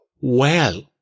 Well